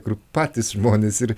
kur patys žmonės ir